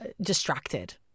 distracted